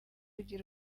ugira